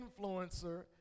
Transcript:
influencer